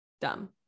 dumb